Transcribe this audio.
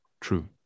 True